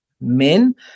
men